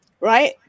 right